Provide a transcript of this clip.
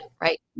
right